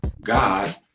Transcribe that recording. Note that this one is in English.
God